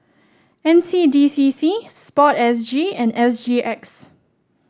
N C D C C sport S G and S G X